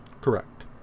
Correct